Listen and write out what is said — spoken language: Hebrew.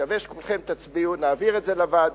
מקווה שכולכם תצביעו ותעבירו את זה לוועדה,